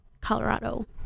Colorado